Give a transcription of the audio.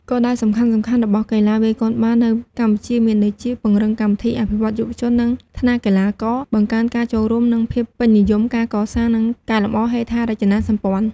គោលដៅសំខាន់ៗ របស់កីឡាវាយកូនបាល់នៅកម្ពុជាមានដូចជា ពង្រឹងកម្មវិធីអភិវឌ្ឍន៍យុវជន និងថ្នាលកីឡាករ បង្កើនការចូលរួមនិងភាពពេញនិយម ការកសាង និងកែលម្អហេដ្ឋារចនាសម្ព័ន្ធ។